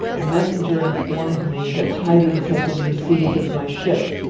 the messenger informed me that tidings had been received of my ship.